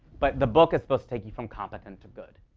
but the book is supposed to take you from competent to good.